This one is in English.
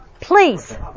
Please